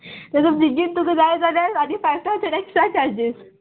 तुका बेग्गीन तुका जाय जाल्या आनी फायव थावजंड एक्स्ट्रा चार्जीस